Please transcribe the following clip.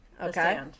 Okay